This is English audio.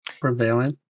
prevalent